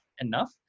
enough